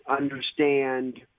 understand